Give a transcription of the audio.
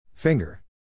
Finger